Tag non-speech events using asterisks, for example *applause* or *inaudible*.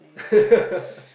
*laughs*